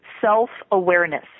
self-awareness